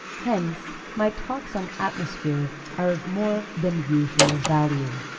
hence, my talks on atmosphere are of more than usual value.